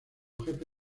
jefe